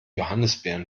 johannisbeeren